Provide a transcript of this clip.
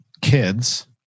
kids